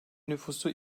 nüfusu